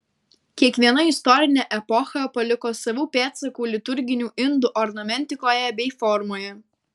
kiekviena istorinė epocha paliko savų pėdsakų liturginių indų ornamentikoje bei formoje